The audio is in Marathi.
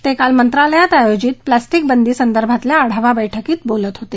ते काल मंत्रालयात आयोजित प्लास्टिक बंदी संदर्भातील आढावा बळ्कीत बोलत होते